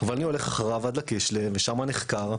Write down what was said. ואני הולך אחריו עד הקישלה, ושמה נחקר.